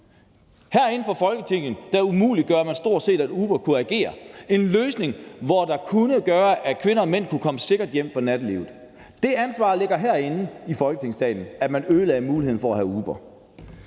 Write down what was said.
Herinde fra Folketinget har man stort set umuliggjort, at Uber kan agere. Det var en løsning, som kunne gøre, at kvinder og mænd kunne komme sikkert hjem fra nattelivet. Det ansvar ligger herinde i Folketingssalen, altså at man ødelagde muligheden for, at Uber